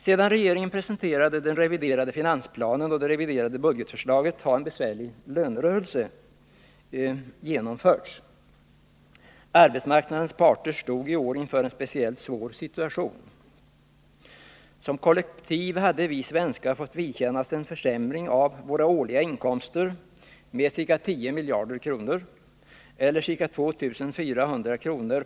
Sedan regeringen presenterade den reviderade finansplanen och det reviderade budgetförslaget har en besvärlig lönerörelse genomförts. Arbetsmarknadens parter stod i år inför en speciellt svår situation. Som kollektiv hade vi svenskar fått vidkännas en försämring av våra årliga inkomster med ca 10 miljarder kronor — eller ca 2 400 kr.